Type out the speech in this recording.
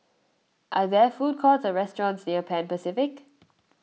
are there food courts or restaurants near Pan Pacific